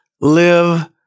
live